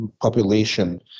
Population